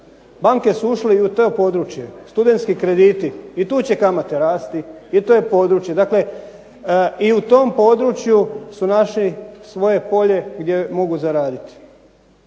Banke su ušle i u to područje, studentski krediti. I tu će kamate rasti i to je područje. Dakle i u tom području su našli svoje polje gdje mogu zaraditi.